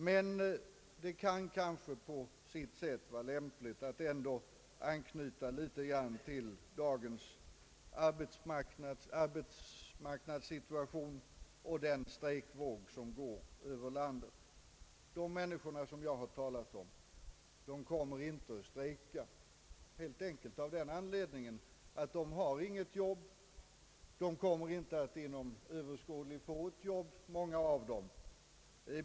Men det vore kanske lämpligt att anknyta något till dagens arbetsmarknadssituation och den strejkvåg som går över landet. De människor jag har talat om kommer inte att strejka, helt enkelt av den anledningen att de inte har något jobb, och många av dem kommer heller inte att få det inom överskådlig tid.